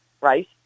right